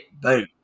boom